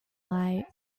light